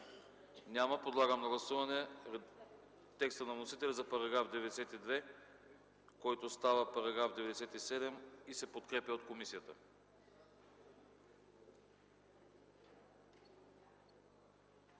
Няма. Подлагам на гласуване текста на вносителя за § 92, който става § 97 и се подкрепя от комисията.